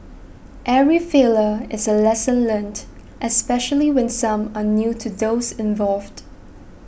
every failure is a lesson learnt especially when some are new to those involved